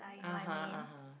(uh huh) (uh huh)